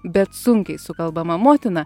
bet sunkiai sukalbama motina